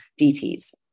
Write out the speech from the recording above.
DTs